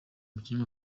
umukinnyi